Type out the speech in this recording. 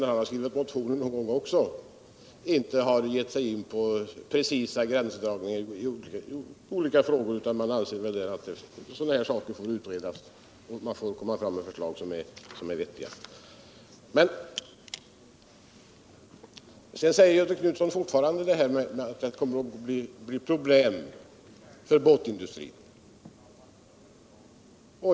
när han har skrivit motioner, någon gång har avstått från att ge sig in på precisa gränsdragningar i olika frågor utan att han har ansett att saken får utredas. Sedan säger Göthe Knutson fortfarande att det kommer att bli problem för bätindustrin.